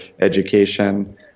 education